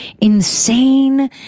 insane